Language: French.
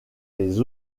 les